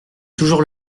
toujours